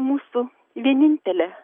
mūsų vienintelė